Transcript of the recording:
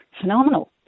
phenomenal